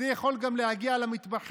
זה יכול גם להגיע למטבחים.